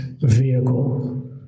Vehicle